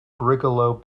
brigalow